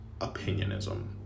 opinionism